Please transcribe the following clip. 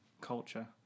culture